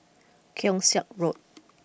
Keong Saik Road